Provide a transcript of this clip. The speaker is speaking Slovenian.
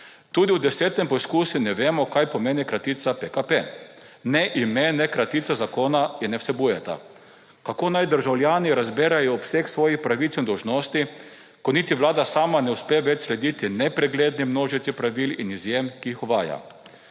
Tudi v desetem poskusu ne vemo, kaj pomeni kratica PKP. Ne ime, ne kratica zakona je ne vsebujeta. Kako naj državljani razberejo obseg svojih pravic in dolžnosti, ko niti vlada sama ne uspe več slediti nepregledni množici pravil in izjem, ki jih uvaja?